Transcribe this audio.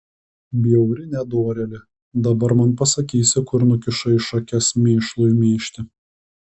bjauri nedorėle dabar man pasakysi kur nukišai šakes mėšlui mėžti